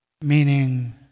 Meaning